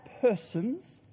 persons